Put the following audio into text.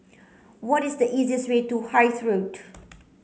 what is the easiest way to Hythe Road